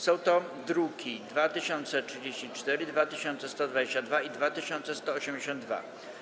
Są to druki nr 2034, 2122 i 2182.